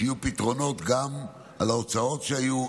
שיהיו פתרונות גם על ההוצאות שהיו,